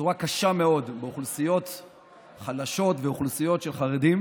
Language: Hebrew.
בצורה קשה מאוד באוכלוסיות חלשות ואוכלוסיות של חרדים.